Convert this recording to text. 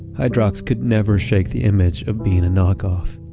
hydrox could never shake the image of being a knock-off,